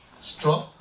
straw